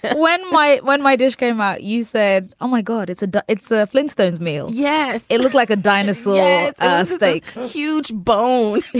when my when my dish came out, you said, oh, my god, it's a it's ah a flintstones meal yes. it looks like a dinosaur steak. huge bone.